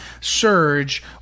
surge